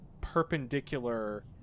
perpendicular